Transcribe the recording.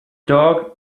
dog